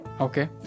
Okay